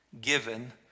given